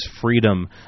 freedom